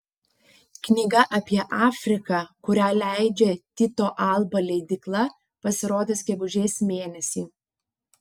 knyga apie afriką kurią leidžia tyto alba leidykla pasirodys gegužės mėnesį